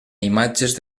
imatges